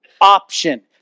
option